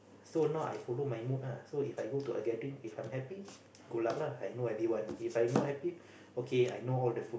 so now I follow my mood ah so If I go to a gathering if I'm happy good luck lah I know everyone If I not happy okay I know all the food